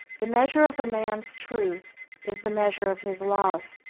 the measure of a man's truth is the measure of his love,